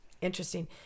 Interesting